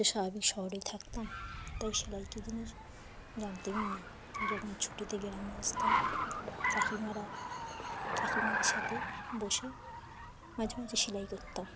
ত স্বাভাবিক শহরেই থাকতাম তাই সেলাই কী জিনিস জানতামই না যখন ছুটিতে গ্রামে আসতাম কাকিমারা কাকিমাদের সাথে বসে মাঝে মাঝে সেলাই করতাম